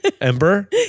Ember